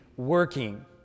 working